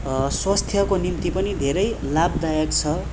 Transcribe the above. स्वास्थ्यको निम्ति पनि धेरै लाभदायक छ